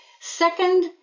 Second